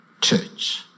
church